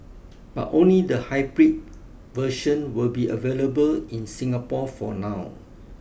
but only the hybrid version will be available in Singapore for now